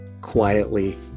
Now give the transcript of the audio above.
quietly